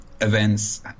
events